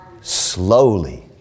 slowly